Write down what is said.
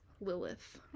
Lilith